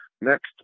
next